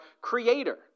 Creator